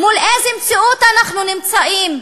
מול איזה מציאות אנחנו נמצאים?